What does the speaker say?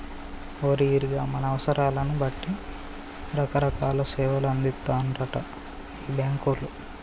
ఓరి ఈరిగా మన అవసరాలను బట్టి రకరకాల సేవలు అందిత్తారటరా ఈ బాంకోళ్లు